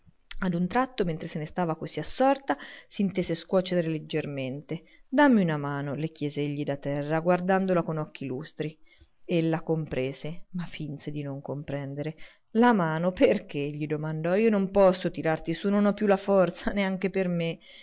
a un tratto mentre se ne stava così assorta s'intese scuotere leggermente dammi una mano le chiese egli da terra guardandola con occhi lustri ella comprese ma finse di non comprendere la mano perché gli domandò io non posso tirarti su non ho più forza neanche per me